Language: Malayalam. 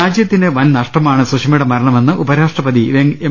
രാജ്യത്തിന് വൻനഷ്ടമാണ് സുഷമയുടെ മരണമെന്ന് ഉപരാഷ്ട്രപതി എം